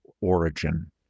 origin